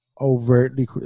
overtly